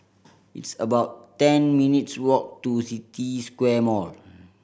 it's about ten minutes' walk to City Square Mall